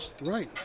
Right